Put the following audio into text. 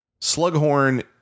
Slughorn